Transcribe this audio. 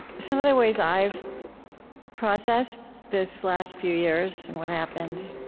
some of the ways i've processed this last few years and what happened